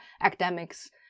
academics